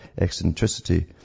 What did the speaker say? eccentricity